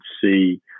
see